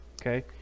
Okay